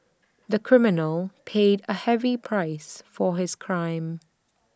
the criminal paid A heavy price for his crime